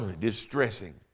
distressing